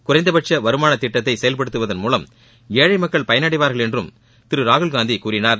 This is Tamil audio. குறைந்தபட்ச வருமான திட்டத்தை செயல்படுத்துவதன் மூலம் ஏழை மக்கள் பயன்டவார்கள் என்று திரு ராகுல்காந்தி கூறினார்